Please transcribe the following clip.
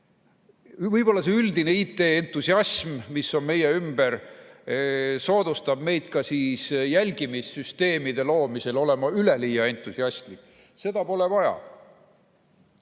Võib-olla see üldine IT‑entusiasm, mis on meie ümber, soodustab meid ka jälgimissüsteemide loomisel olema üleliia entusiastlikud. Seda pole vaja.